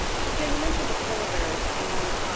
so jay, you mentioned the polar bears. and